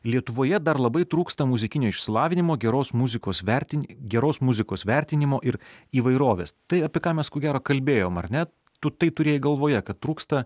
lietuvoje dar labai trūksta muzikinio išsilavinimo geros muzikos vertini geros muzikos vertinimo ir įvairovės tai apie ką mes ko gero kalbėjom ar ne tu tai turėjai galvoje kad trūksta